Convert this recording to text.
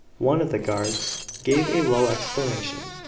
one of the guards gave a low exclamation,